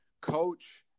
Coach